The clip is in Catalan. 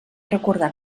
recordar